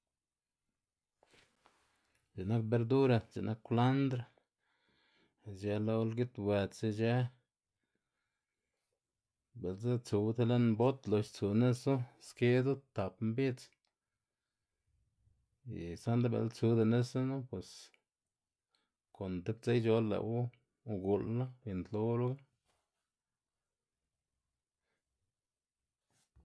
x̱i'k nak berdura x̱i'k nak kwlandr, ic̲h̲ë lo lgilwëts ic̲h̲ë, bi'ltsa tsuwu tib lën bot loxna tsu nisu skedzu tap mbidz y sa'nda bë'le tsuda nisuna pos kon tib dze ic̲h̲ol lë'wu ugu'l- la uyu'nntoluga.